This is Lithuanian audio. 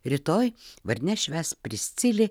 rytoj vardines švęs priscilė